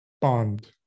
Bond